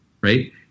Right